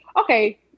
okay